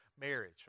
marriage